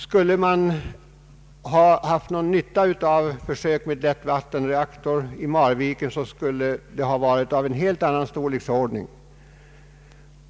Skulle man ha haft någon nytta av försök med lättvattenreaktor i Marviken, skulle projektet ha varit av en helt annan storleksordning.